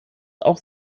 auch